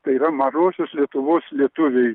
tai yra mažosios lietuvos lietuviai